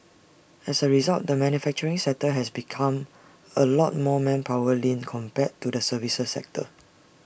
as A result the manufacturing sector has become A lot more manpower lean compared to the services sector